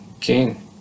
king